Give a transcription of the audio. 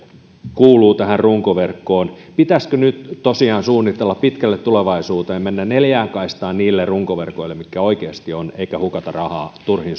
kuuluu tähän runkoverkkoon pitäisikö nyt tosiaan suunnitella pitkälle tulevaisuuteen mennä neljään kaistaan niissä runkoverkoissa mitkä oikeasti ovat eikä hukata rahaa turhiin